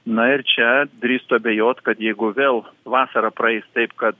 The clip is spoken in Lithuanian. na ir čia drįstu abejot kad jeigu vėl vasara praeis taip kad